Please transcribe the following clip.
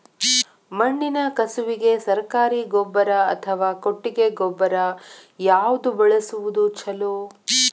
ಮಣ್ಣಿನ ಕಸುವಿಗೆ ಸರಕಾರಿ ಗೊಬ್ಬರ ಅಥವಾ ಕೊಟ್ಟಿಗೆ ಗೊಬ್ಬರ ಯಾವ್ದು ಬಳಸುವುದು ಛಲೋ?